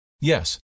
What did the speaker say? Yes